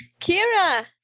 Kira